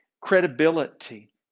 credibility